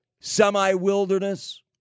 semi-wilderness